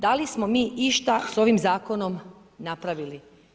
Da li smo mi išta s ovim zakonom napravili?